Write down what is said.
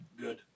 Good